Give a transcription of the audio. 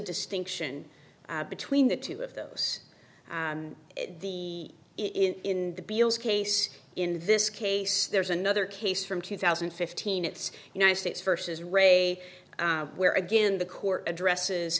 distinction between the two of those the in the beales case in this case there's another case from two thousand and fifteen it's united states versus ray where again the court addresses